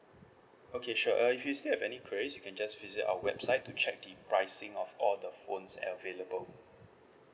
okay sure uh if you still have any queries you can just visit our website to check the pricing of all the phones available